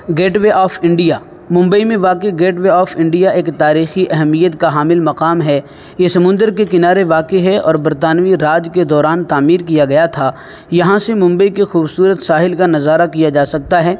get way of India Mumbai میں واقع gateway of India ایک تاریخی اہمیت کا حامل مقام ہے یہ سمندر کے کنارے واقع ہے اور برطانوی راج کے دوران تعمیر کیا گیا تھا یہاں سے ممبئی کے خوبصورت ساحل کا نظارہ کیا جا سکتا ہے